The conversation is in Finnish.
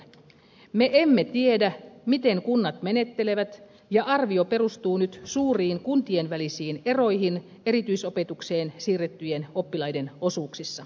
me emme tiedä miten kunnat menettelevät ja arvio perustuu nyt suuriin kuntien välisiin eroihin erityisopetukseen siirrettyjen oppilaiden osuuksissa